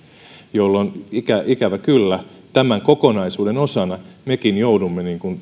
ikävä kyllä tämän kokonaisuuden osana mekin joudumme